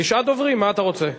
תשעה דוברים, מה אתה רוצה?